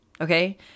okay